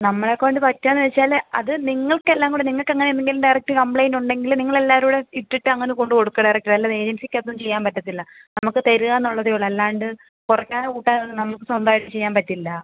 നമ്മളെ കൊണ്ട് പറ്റുകയെന്ന് വെച്ചാല് അത് നിങ്ങൾക്കെല്ലാം കൂടെ നിങ്ങൾക്കങ്ങനെ എന്തെങ്കിലും ഡയറക്റ്റ് കംപ്ലയിൻറ് ഉണ്ടെങ്കിൽ നിങ്ങളെല്ലാവരും കൂടെ ഇട്ടിട്ടങ്ങനെ കൊണ്ട് കൊടുക്കുക ഡയറക്ട് അല്ലാതെ ഏജൻസിക്കൊന്നും ചെയ്യാന് പറ്റത്തില്ല നമുക്ക് തരിക എന്നുള്ളതെ ഉള്ളൂ അല്ലാണ്ട് കുറയ്ക്കാനോ കൂട്ടാനൊന്നും നമുക്ക് സ്വന്തായിട്ട് ചെയ്യാന് പറ്റില്ല